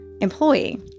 employee